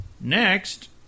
next